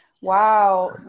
Wow